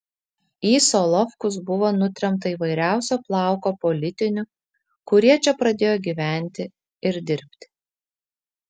į solovkus buvo nutremta įvairiausio plauko politinių kurie čia pradėjo gyventi ir dirbti